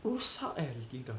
rosak eh the lidah